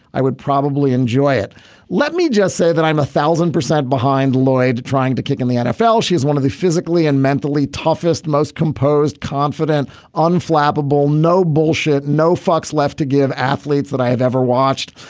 i would probably enjoy it let me just say that i'm one thousand percent behind lloyd trying to kick in the nfl she is one of the physically and mentally toughest most composed confident unflappable no bullshit no fucks left to give athletes that i have ever watched.